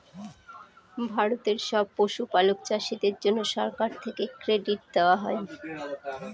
ভারতের সব পশুপালক চাষীদের জন্যে সরকার থেকে ক্রেডিট দেওয়া হয়